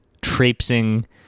traipsing